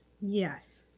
Yes